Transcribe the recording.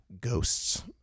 ghosts